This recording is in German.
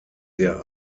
der